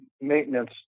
maintenance